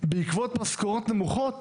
שבעקבות משכורות נמוכות